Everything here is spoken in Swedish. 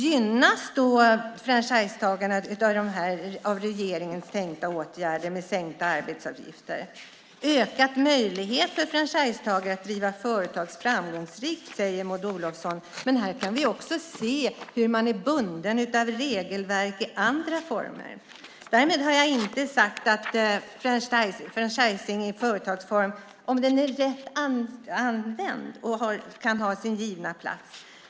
Gynnas då franchisetagarna av regeringens åtgärder med sänkta arbetsgivaravgifter? Åtgärderna har "ökat möjligheterna också för franchisetagare att driva företag framgångsrikt", säger Maud Olofsson. Men här kan vi också se hur man är bunden av regelverk i andra former. Därmed har jag inte sagt att franchising i företagsform inte kan ha sin givna plats om den är rätt använd.